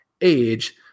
age